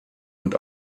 und